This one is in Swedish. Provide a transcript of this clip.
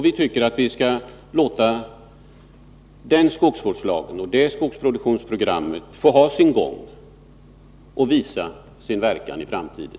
Vi tycker att vi skall låta den skogsvårdslagen och det skogsproduktionsprogrammet få ha sin gång och visa sin verkan i framtiden.